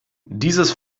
dieses